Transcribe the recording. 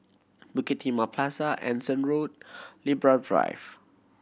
Bukit Timah Plaza Anson Road Libra Drive